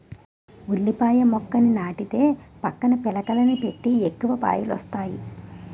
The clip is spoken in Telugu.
ఉల్లిపాయల మొక్కని నాటితే పక్కన పిలకలని పెట్టి ఎక్కువ పాయలొస్తాయి